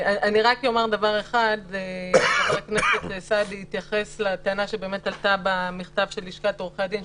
רק אומר שחבר הכנסת סעדי התייחס לטענה שעלתה במכתב של לשכת עורכי הדין,